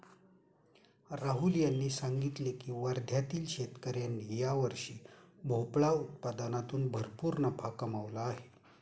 राहुल यांनी सांगितले की वर्ध्यातील शेतकऱ्यांनी यावर्षी भोपळा उत्पादनातून भरपूर नफा कमावला आहे